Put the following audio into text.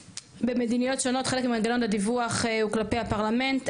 במדינות שונות חלק ממנגנון הדיווח הוא כלפי הפרלמנט.